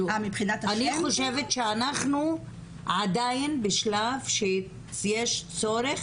אני חושבת שאנחנו עדיין בשלב שיש צורך